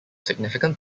significant